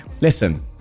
Listen